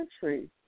country